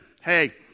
hey